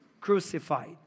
crucified